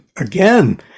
again